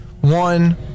One